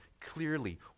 clearly